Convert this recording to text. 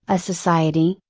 a society,